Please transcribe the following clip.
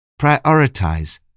Prioritize